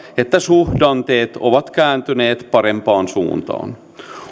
että suhdanteet ovat kääntyneet parempaan suuntaan